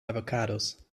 avocados